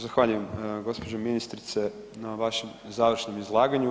Zahvaljujem gospođo ministrice na vašem završnom izlaganju.